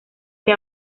que